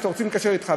כשרוצים להתקשר אתך,